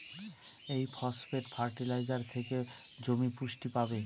এই phosphate fertiliser থেকে জমি পুষ্টি পাবে